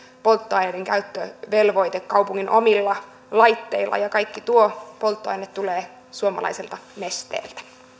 polttoaineiden käyttövelvoite kaupunkien omilla laitteilla ja kaikki tuo polttoaine tulee suomalaiselta nesteeltä